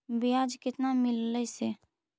बियाज केतना मिललय से?